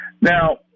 Now